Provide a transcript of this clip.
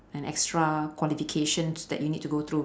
and extra qualifications that you need to go through